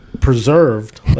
preserved